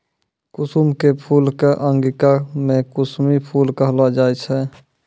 कुसुम के फूल कॅ अंगिका मॅ कुसमी फूल कहलो जाय छै